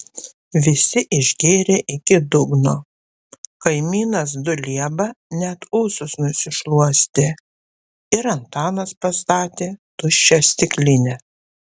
visi išgėrė iki dugno kaimynas dulieba net ūsus nusišluostė ir antanas pastatė tuščią stiklinę